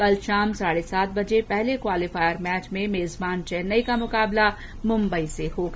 कल शाम साढ़े सात बजे पहले क्वालीफायर मैच में मेजबान चेन्नई का मुकाबला मुम्बई से होगा